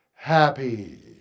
happy